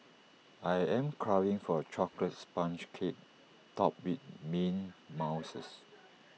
I am craving for A Chocolate Sponge Cake Topped with mint mouses